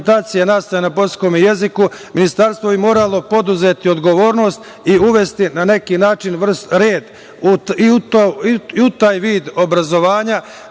i u taj vid obrazovanja,